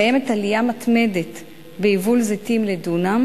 קיימת עלייה מתמדת ביבול זיתים לדונם